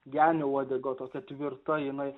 genio uodega tokia tvirta jinai